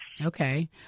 Okay